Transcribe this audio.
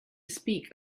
speak